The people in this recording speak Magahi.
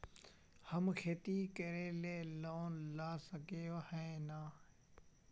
हम खेती करे ले लोन ला सके है नय?